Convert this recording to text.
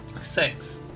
Six